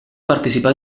participar